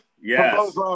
yes